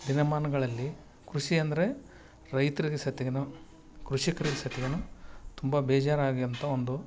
ದಿನಮಾನಗಳಲ್ಲಿ ಕೃಷಿ ಅಂದರೆ ರೈತಿರಗೆ ಸತ್ಗೆನು ಕೃಷಿಕರ ಸತ್ತಿಗೆನು ತುಂಬಾ ಬೇಜಾರಾಗಿಂಥ ಒಂದು